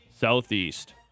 Southeast